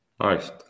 Nice